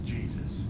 Jesus